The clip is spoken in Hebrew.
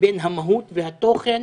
לבין המהות והתוכן